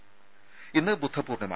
ത ഇന്ന് ബുദ്ധപൂർണ്ണിമ